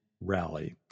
rally